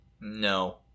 No